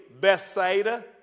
Bethsaida